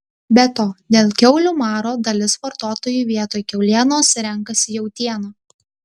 be to dėl kiaulių maro dalis vartotojų vietoj kiaulienos renkasi jautieną